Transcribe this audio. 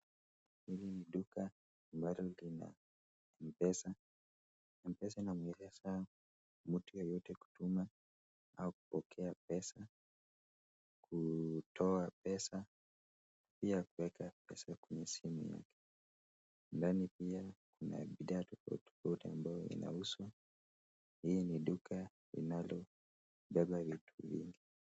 Hili ni duka ambalo lina Mpesa, Mpesa inasaidia sana mtu yeyote kutuma au kupokea pesa, kutoa pesa, pia kuweka pesa kwenye simu yake, ndani pia kuna bidhaa tofauti tofauti ambayo inauzwa. Hii ni duka inalobeba vitu vingi.